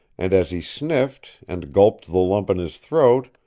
and as he sniffed, and gulped the lump in his throat,